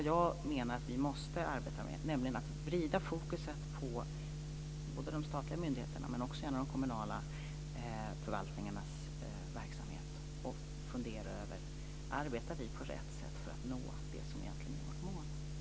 Jag menar att vi måste sätta fokus på de statliga myndigheternas och även de kommunala förvaltningarnas verksamhet och fundera över om vi arbetar på rätt sätt för att nå det som egentligen är vårt mål.